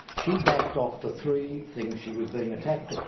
she backed off the three things she was being attacked on.